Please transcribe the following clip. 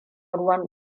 ruwan